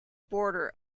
border